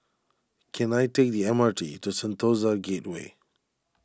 can I take the M R T to Sentosa Gateway